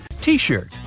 T-shirt